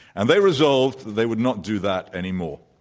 and they resolved that they would not do that anymore.